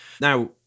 Now